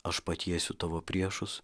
aš patiesiu tavo priešus